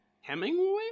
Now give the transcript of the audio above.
hemingway